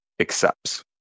accepts